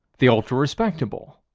the ultra-respectable,